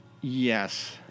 Yes